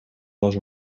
was